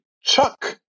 Chuck